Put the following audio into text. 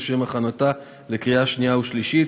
לשם הכנתה לקריאה שנייה ושלישית.